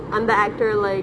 அந்த:antha actor like